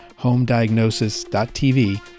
HomeDiagnosis.tv